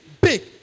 Big